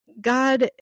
God